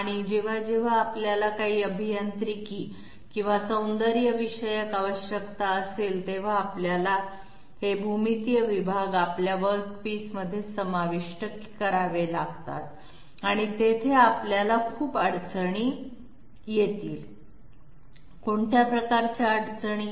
पण जेव्हा जेव्हा आपल्याला काही अभियांत्रिकी किंवा सौंदर्यविषयक आवश्यकता असते तेव्हा आपल्याला ते भूमितीय विभाग आपल्या वर्कपिसमध्ये समाविष्ट करावे लागतात आणि तेथे आपल्याला खूप अडचणी येतील कोणत्या प्रकारच्या अडचणी